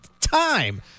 time